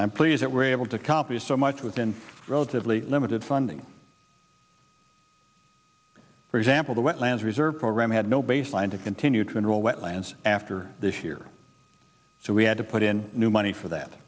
i'm pleased that we're able to accomplish so much within relatively limited funding for example the wetlands reserve program had no baseline to continue to control wetlands after this year so we had to put in new money for that